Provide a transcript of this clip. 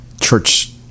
church